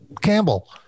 Campbell